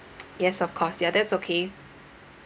yes of course ya that's okay